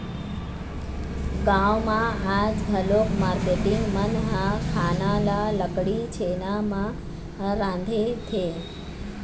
गाँव म आज घलोक मारकेटिंग मन ह खाना ल लकड़ी, छेना म रांधथे